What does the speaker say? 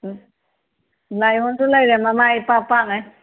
ꯂꯥꯏꯌꯣꯟꯁꯨ ꯂꯦꯔꯦ ꯃꯃꯥꯏ ꯏꯄꯥꯛ ꯄꯥꯥꯛꯡꯩ